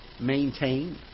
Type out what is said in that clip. maintain